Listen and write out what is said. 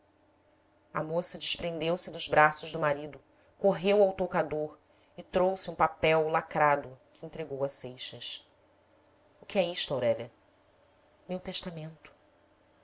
a moça desprendeu-se dos braços do marido correu ao toucador e trouxe um papel lacrado que entregou a seixas o que é isto aurélia meu testamento